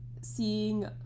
seeing